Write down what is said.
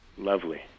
Lovely